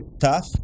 tough